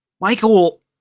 Michael